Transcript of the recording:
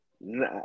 Nah